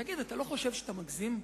תגיד, אתה לא חושב שאתה מגזים?